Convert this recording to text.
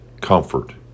comfort